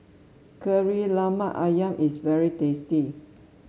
Kari Lemak ayam is very tasty